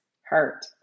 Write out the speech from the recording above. hurt